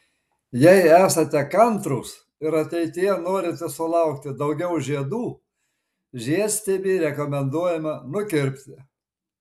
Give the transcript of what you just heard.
jei esate kantrūs ir ateityje norite sulaukti daugiau žiedų žiedstiebį rekomenduojama nukirpti